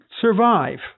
survive